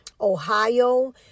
Ohio